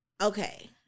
okay